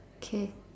K